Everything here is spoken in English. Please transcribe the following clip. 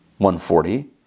140